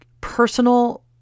personal